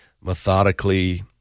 methodically